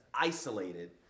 isolated